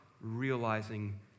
realizing